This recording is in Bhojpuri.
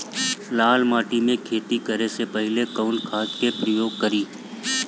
लाल माटी में खेती करे से पहिले कवन खाद के उपयोग करीं?